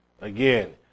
again